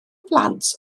blant